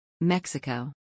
Mexico